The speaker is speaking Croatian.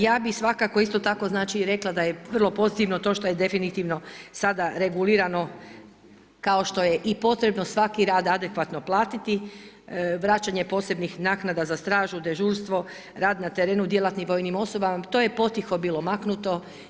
Ja bi svako isto tako rekla da je vrlo pozitivno to što je definitivno sada regulirano kao što je i potrebno, svaki rad adekvatno platiti, vraćanje posebnih naknada za stražu, dežurstvo, rad na terenu djelatnim vojnim osobama to je potiho bilo maknuto.